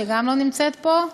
שגם לא נמצאת פה.